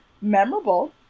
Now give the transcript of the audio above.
memorable